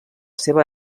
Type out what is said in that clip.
seva